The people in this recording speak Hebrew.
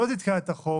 לא תתקע את החוק.